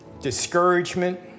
discouragement